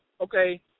okay